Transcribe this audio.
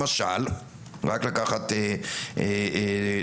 למשל, לא לקחו פה